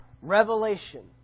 Revelation